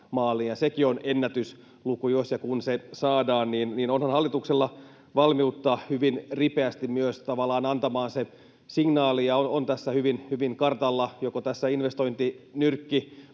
sekin on ennätysluku. Jos ja kun se saadaan, niin onhan hallituksella valmiutta hyvin ripeästi myös tavallaan antaa se signaali. Ja se on tässä hyvin kartalla, joko investointinyrkkimuodossa